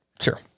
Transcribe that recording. Sure